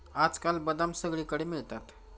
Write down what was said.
आजकाल बदाम सगळीकडे मिळतात